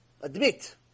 admit